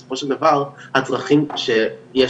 זה אמור להיות ממומן על ידי המדינה כי בסופו של דבר הצרכים שיש